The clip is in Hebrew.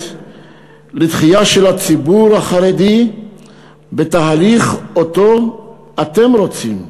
לדחייה של הציבור החרדי בתהליך שאותו אתם רוצים,